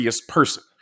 person